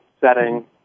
setting